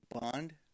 Bond